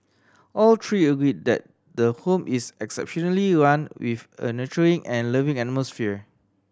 all three agree that the home is exceptionally run with a nurturing and loving atmosphere